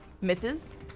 Misses